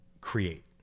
create